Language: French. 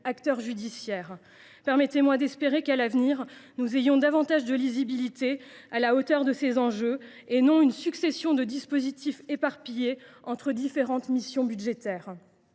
acteurs judiciaires. Permettez moi d’espérer que, à l’avenir, nous aurons davantage de lisibilité, à la hauteur de ces enjeux, et non une succession de dispositifs éparpillés entre différentes missions budgétaires.